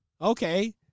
okay